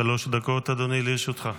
עד שלוש דקות, אדוני, לרשותך.